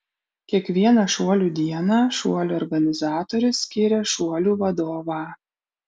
kiekvieną šuolių dieną šuolių organizatorius skiria šuolių vadovą